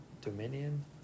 dominion